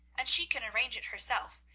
and she can arrange it herself.